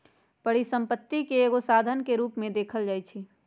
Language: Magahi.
परिसम्पत्ति के एगो साधन के रूप में देखल जाइछइ